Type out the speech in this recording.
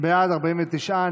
את החיילות באגפים לא ביטחוניים.